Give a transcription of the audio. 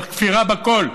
צריך כפירה בכול.